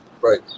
Right